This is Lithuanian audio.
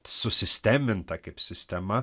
susisteminta kaip sistema